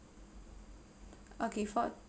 okay for